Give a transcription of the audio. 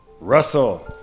Russell